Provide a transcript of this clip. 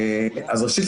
אז ראשית,